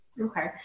Okay